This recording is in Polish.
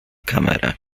kamerę